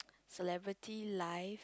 celebrity life